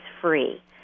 free